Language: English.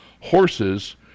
horses